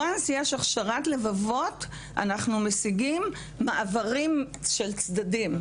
ברגע שיש הכשרת לבבות אנחנו משיגים מעברים של צדדים,